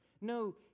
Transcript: No